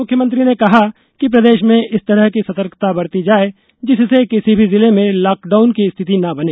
मुख्यमंत्री ने कहा कि प्रदेश में इस तरह की सतर्कता बरती जाये जिससे किसी भी जिले में लॉकडाउन की स्थिति न बने